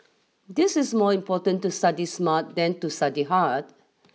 this is more important to study smart than to study hard